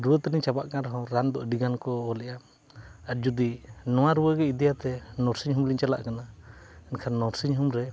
ᱨᱩᱣᱟᱹ ᱛᱟᱹᱱᱤᱡ ᱪᱟᱵᱟᱜ ᱠᱟᱱ ᱨᱮ ᱦᱚᱸ ᱨᱟᱱ ᱫᱚ ᱟᱹᱰᱤ ᱜᱟᱱ ᱠᱚ ᱚᱞᱮᱜᱼᱟ ᱟᱨ ᱡᱩᱫᱤ ᱱᱚᱣᱟ ᱨᱩᱣᱟᱹᱜᱮ ᱤᱫᱤᱭᱟᱛᱮᱜ ᱱᱟᱨᱥᱤᱝ ᱦᱳᱢ ᱞᱤᱧ ᱪᱟᱞᱟᱜ ᱠᱟᱱᱟ ᱮᱱᱠᱷᱟᱱ ᱱᱟᱨᱥᱤᱝ ᱦᱳᱢ ᱨᱮ